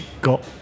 got